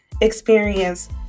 experience